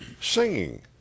Singing